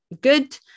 good